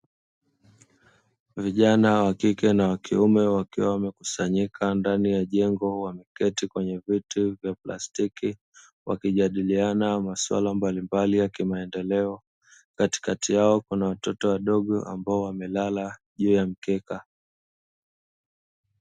Vijana wa kike na wa kiume wakiwa wamekusanyika ndani ya jengo, wameketi kwenye viti vya plastiki wakijadiliana maswala mbalimbali ya kimaendeleo. Katikati yao kuna watoto wadogo ambao wamelala juu ya mkeka.